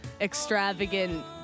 Extravagant